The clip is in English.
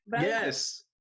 Yes